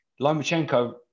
Lomachenko